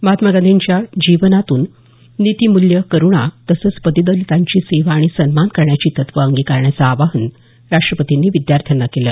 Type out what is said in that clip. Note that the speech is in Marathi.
महात्मा गांधीजींच्या जीवनातून नीतिमूल्य करुणा तसंच पददलितांची सेवा आणि सन्मान करण्याची तत्वं अंगीकारण्याचं आवाहन राष्ट्रपतींनी विद्यार्थ्यांना केलं